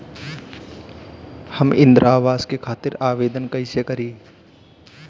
हम इंद्रा अवास के खातिर आवेदन कइसे करी?